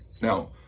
Now